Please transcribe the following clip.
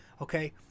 Okay